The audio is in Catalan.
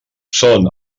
són